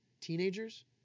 Teenagers